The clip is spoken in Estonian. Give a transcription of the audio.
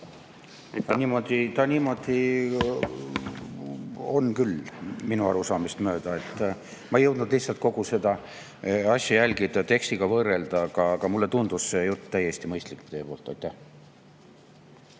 See niimoodi on küll minu arusaamist mööda. Ma ei jõudnud lihtsalt kogu seda asja jälgida, tekstiga võrrelda, aga mulle tundus see teie jutt täiesti mõistlik.